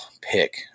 pick